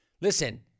Listen